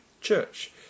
church